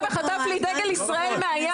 ערבי בא וחטף לי את דגל ישראל מהיד.